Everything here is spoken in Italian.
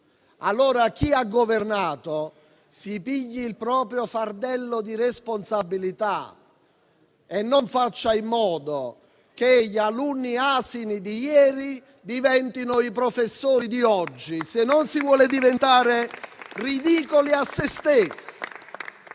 Allora chi ha governato si pigli il proprio fardello di responsabilità e non faccia in modo che gli alunni asini di ieri diventino i professori di oggi, se non si vuole diventare ridicoli a se stessi.